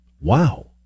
Wow